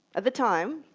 at the time,